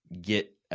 get –